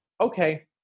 okay